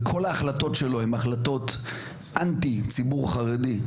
וכל ההחלטות שלו הם החלטות אנטי ציבור חרדי,